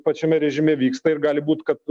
pačiame režime vyksta ir gali būt kad